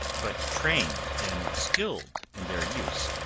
but trained and skilled in their use,